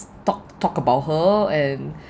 talked talked about her and